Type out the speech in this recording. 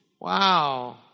Wow